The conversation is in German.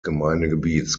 gemeindegebiets